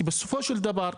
כי בסופו של דבר,